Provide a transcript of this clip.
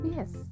Yes